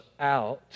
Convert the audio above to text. out